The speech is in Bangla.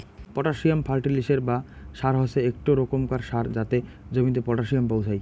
পটাসিয়াম ফার্টিলিসের বা সার হসে একটো রোকমকার সার যাতে জমিতে পটাসিয়াম পোঁছাই